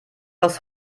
aus